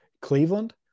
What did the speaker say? Cleveland